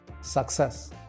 success